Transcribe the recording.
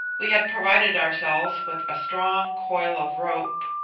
we had provided ourselves with a strong coil of rope.